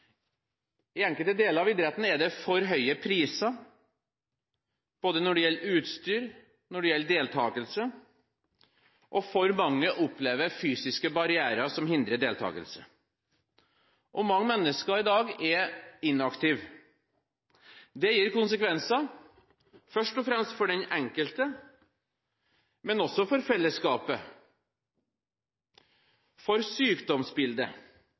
I enkelte deler av idretten er det for høye priser når det gjelder både utstyr og deltagelse, og for mange opplever fysiske barrierer som hindrer deltagelse. Mange mennesker i dag er inaktive. Det gir konsekvenser, først og fremst for den enkelte, men også for fellesskapet, for sykdomsbildet